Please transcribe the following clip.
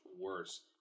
worse